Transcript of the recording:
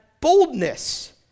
boldness